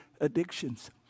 addictions